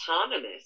autonomous